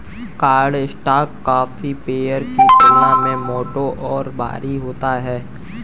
cardstock copy paper की तुलना में मोटा और भारी होता है